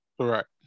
Correct